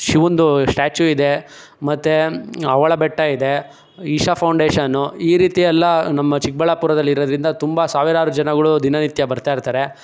ಶಿವುಂದು statue ಇದೆ ಮತ್ತು ಆವಳ ಬೆಟ್ಟ ಇದೆ ಇಶಾ ಫೌಂಡೇಶನ್ನು ಈ ರೀತಿಯೆಲ್ಲ ನಮ್ಮ ಚಿಕ್ಕಬಳ್ಳಾಪುರದಲ್ಲಿರೋದ್ರಿಂದ ತುಂಬ ಸಾವಿರಾರು ಜನಗಳು ದಿನನಿತ್ಯ ಬರ್ತಾಯಿರ್ತಾರೆ